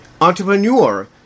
entrepreneur